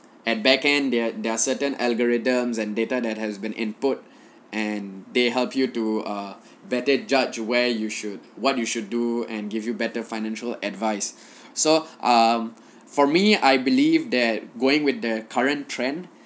at back end there are there are certain algorithms and data that has been input and they help you to uh better judge where you should what you should do and give you better financial advice so um for me I believe that going with the current trend